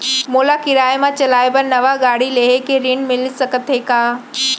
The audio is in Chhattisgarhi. मोला किराया मा चलाए बर नवा गाड़ी लेहे के ऋण मिलिस सकत हे का?